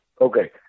Okay